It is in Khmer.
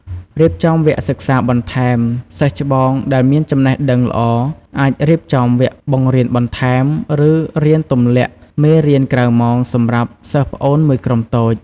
រៀបចំវគ្គសិក្សាបន្ថែម សិស្សច្បងដែលមានចំណេះដឹងល្អ អាចរៀបចំ វគ្គបង្រៀនបន្ថែម ឬរៀនទំលាក់មេរៀនក្រៅម៉ោងសម្រាប់សិស្សប្អូនមួយក្រុមតូច។